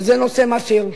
וזה נושא מס ירושה.